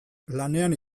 lanean